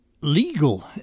legal